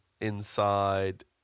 Inside